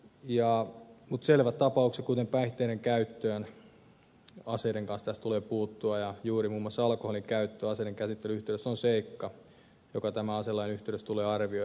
mutta selviin tapauksiin kuten päihteiden käyttöön aseiden kanssa tässä tulee puuttua ja juuri muun muassa alkoholin käyttö aseiden käsittelyn yhteydessä on seikka joka tämän aselain yhteydessä tulee arvioida